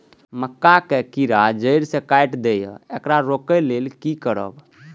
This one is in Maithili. मक्का के कीरा जड़ से काट देय ईय येकर रोके लेल की करब?